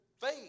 faith